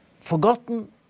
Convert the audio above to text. Forgotten